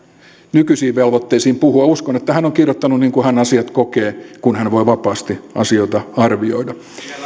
nykyisiin velvoitteisiin puhua uskon että hän on kirjoittanut niin kuin hän asiat kokee kun hän voi vapaasti asioita arvioida